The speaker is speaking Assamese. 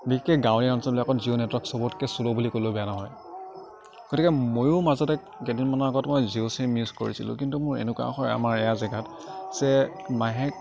বিশেষকৈ গাঁৱলীয়া অঞ্চলবিলাকত জিঅ' নেটৰ্ৱক চবতকৈ শ্ল' বুলি ক'লেও বেয়া নহয় গতিকে ময়ো মাজতে কেইদিনমানৰ আগত মই জিঅ' চিম ইউজ কৰিছিলোঁ কিন্তু মোৰ এনেকুৱা হয় আমাৰ এয়া জেগাত যে মাহে